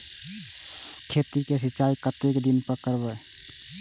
गेहूं का सीचाई कतेक दिन पर करबे?